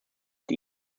die